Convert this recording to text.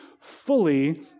fully